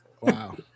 Wow